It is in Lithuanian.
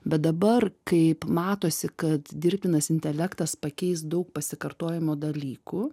bet dabar kaip matosi kad dirbtinas intelektas pakeis daug pasikartojimo dalykų